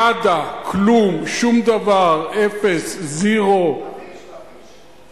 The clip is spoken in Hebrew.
נאדה, כלום, שום דבר, אפס, זירו, אין.